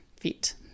feet